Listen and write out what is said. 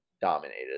dominated